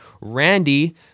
Randy